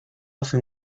hace